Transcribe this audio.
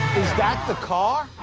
that the car?